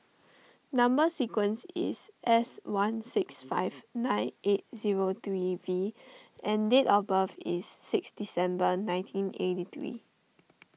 Number Sequence is S one six five nine eight zero three V and date of birth is six December nineteen eighty three